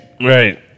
Right